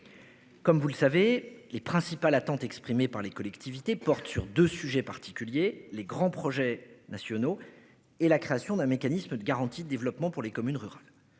Comme vous le savez les principales attentes exprimées par les collectivités, porte sur 2 sujets particuliers les grands projets nationaux et la création d'un mécanisme de garanties de développement pour les communes rurales.